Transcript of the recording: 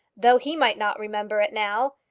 though he might not remember it now,